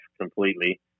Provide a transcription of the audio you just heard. completely